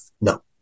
No